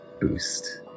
boost